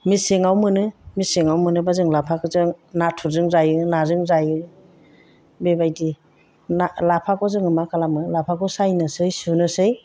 मेसेङाव मोनो मेसेङाव मोनोबा जों लाफाखौ जों नाथुरजों जायो नाजों जायो बेबायदि लाफाखौ जोङो मा खालामो लाफाखौ सायनोसै सुनोसै